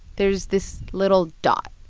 there's this little dot.